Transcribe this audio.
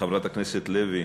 חברת הכנסת לוי,